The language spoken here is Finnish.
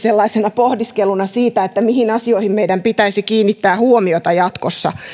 pohdiskeluna siitä mihin asioihin meidän pitäisi kiinnittää huomiota jatkossa